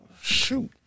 shoot